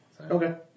Okay